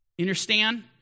Understand